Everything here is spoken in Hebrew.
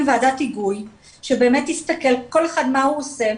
ועדת היגוי שבאמת תסתכל מה כל אחד עושה,